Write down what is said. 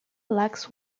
lacks